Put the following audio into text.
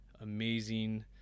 amazing